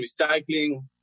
recycling